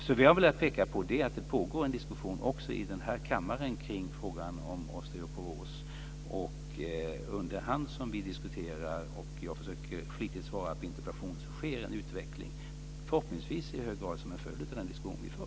Det jag velat peka på är alltså att det pågår en diskussion, också i den här kammaren, kring frågan om osteoporos. Under hand som vi diskuterar och jag försöker att flitigt svara på interpellationer sker en utveckling, förhoppningsvis i hög grad som en följd av den diskussion vi för.